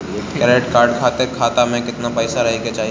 Credit card खातिर खाता में केतना पइसा रहे के चाही?